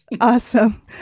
Awesome